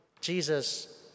Jesus